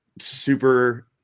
super